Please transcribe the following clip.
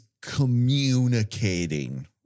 communicating